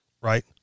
right